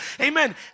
Amen